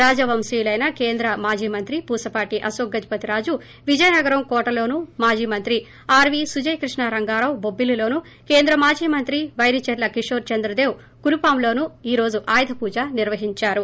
రాజవంశీయులైన కేంద్ర మాజీ మంత్రి పూసవాటి అశోక్ గజపతిరాజు విజయనగరం కోటలోను మాజీమంత్రి ఆర్వీ సుజయ్ క్రిష్ణ రంగారావు బొబ్బిలిలోను కేంద్ర మాజీ మంత్రి వైరిచర్ల కిషోర్ చంద్రదేవ్ కురుపాంలోను ఈ రోజు ఆయుధ పూజ నిర్వహించారు